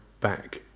back